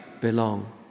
belong